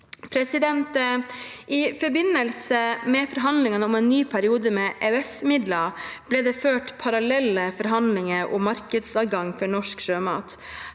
laks. I forbindelse med forhandlingene om en ny periode med EØS-midler ble det ført parallelle forhandlinger om markedsadgang for norsk sjømat.